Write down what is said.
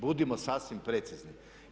Budimo sasvim precizni.